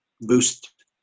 boost